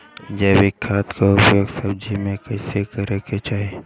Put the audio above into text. जैविक खाद क उपयोग सब्जी में कैसे करे के चाही?